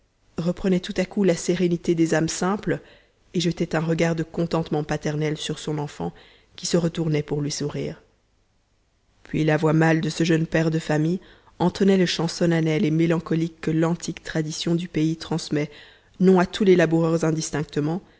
reprenait tout à coup la sérénité des âmes simples et jetait un regard de contentement paternel sur son enfant qui se retournait pour lui sourire puis la voix mâle de ce jeune père de famille entonnait le chant solennel et mélancolique que l'antique tradition du pays transmet non à tous les laboureurs indistinctement